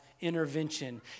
intervention